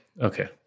Okay